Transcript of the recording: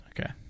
Okay